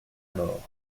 mort